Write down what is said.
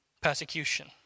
persecution